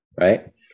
right